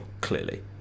clearly